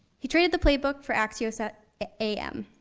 he traded the playbook for axios at am.